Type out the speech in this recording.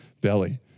belly